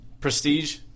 Prestige